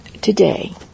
today